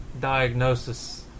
diagnosis